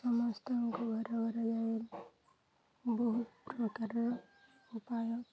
ସମସ୍ତଙ୍କୁ ଘର ଘର ଯାଇ ବହୁତ ପ୍ରକାରର ଉପାୟ